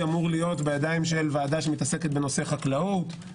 אמור להיות בידיים של ועדה שמתעסקת בנושא חקלאות,